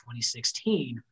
2016